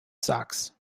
sox